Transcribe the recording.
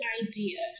idea